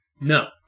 No